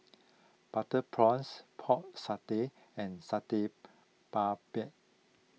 Butter Prawns Pork Satay and Satay Babat